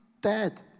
dead